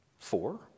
Four